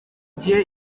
gihe